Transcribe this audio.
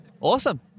awesome